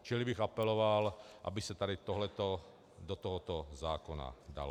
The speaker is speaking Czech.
Čili bych apeloval, aby se tady tohleto do tohoto zákona dalo.